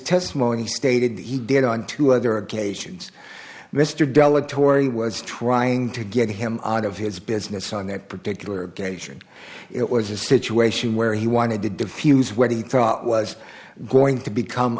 testimony stated he did on two other occasions mr della torrey was trying to get him out of his business on that particular occasion it was a situation where he wanted to defuse where he thought was going to become